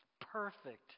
perfect